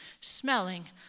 smelling